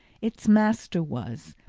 its master was,